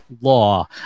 law